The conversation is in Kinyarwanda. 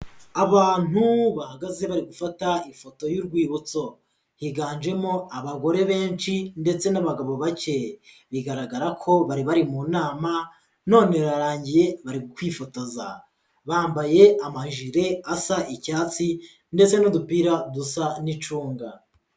Abantu bahagaze bari gufata ifoto y'urwibutso, higanjemo abagore benshi ndetse n'abagabo bake, bigaragara ko bari bari mu nama none irarangiye bari kwifotoza, bambaye amajire asa icyatsi ndetse n'udupira dusa n'icunga.